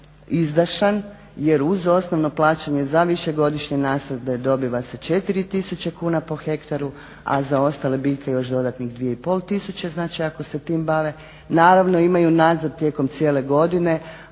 jer uz osnovno plaćanje za višegodišnje nasade dobiva se 4000 kn po hektaru, a za ostale biljke još dodatnih 2500, znači ako se tim bave. Naravno imaju … tijekom cijele godine,